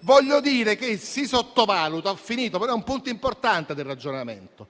Voglio dire che si sottovaluta: ... ho finito, ma è un punto importante del ragionamento...